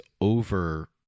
over